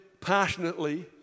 passionately